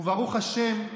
וברוך השם,